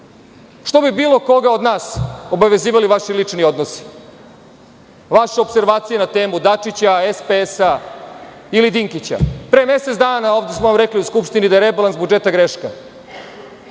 što bi bilo koga od nas obavezivali vaši lični odnosi, vaše opservacije na temu Dačića, SPS ili Dinkića? Pre mesec dana ovde smo vam rekli u Skupštini da je rebalans budžeta greška,